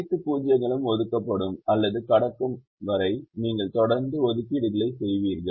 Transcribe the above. அனைத்து 0 களும் ஒதுக்கப்படும் அல்லது கடக்கும் வரை நீங்கள் தொடர்ந்து ஒதுக்கீடுகளைச் செய்வீர்கள்